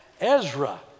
Ezra